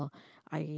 I